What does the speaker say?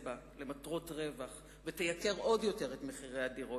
בה למטרות רווח ותייקר עוד יותר את הדירות.